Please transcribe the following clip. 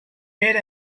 made